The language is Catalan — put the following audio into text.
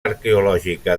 arqueològica